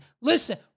Listen